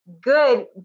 good